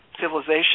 civilization